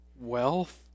wealth